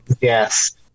Yes